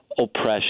oppression